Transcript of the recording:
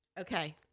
Okay